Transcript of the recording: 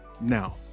Now